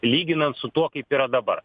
lyginant su tuo kaip yra dabar